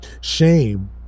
Shame